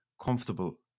comfortable